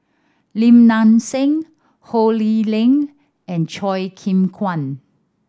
Lim Nang Seng Ho Lee Ling and Choo Keng Kwang